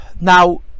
Now